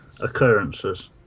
occurrences